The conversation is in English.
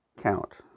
count